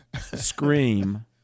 scream